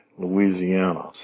Louisiana